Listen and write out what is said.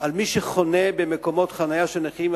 על מי שחונה במקומות חנייה של נכים,